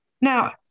Now